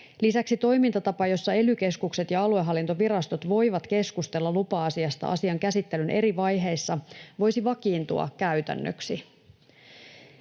Lisäksi toimintatapa, jossa ely-keskukset ja aluehallintovirastot voivat keskustella lupa-asiasta asian käsittelyn eri vaiheissa, voisi vakiintua käytännöksi.